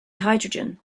hydrogen